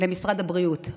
למשרד הבריאות.